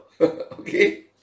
okay